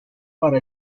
para